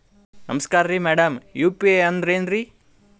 ನಮಸ್ಕಾರ್ರಿ madam UPI ಅಂದ್ರೆನ್ರಿ?